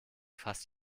fast